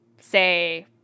say